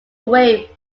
away